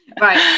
right